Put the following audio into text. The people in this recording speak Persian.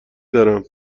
دارم